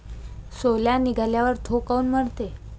सोला निघाल्यावर थो काऊन मरते?